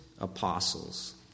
apostles